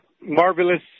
Marvelous